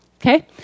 Okay